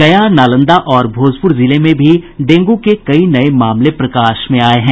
गया नालंदा और भोजपुर जिलों में भी डेंगू के कई नये मामले प्रकाश में आये हैं